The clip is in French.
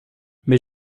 mais